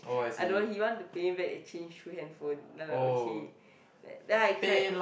I don't know he want to pay me back and change free handphone then like okay then I tried